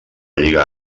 lliga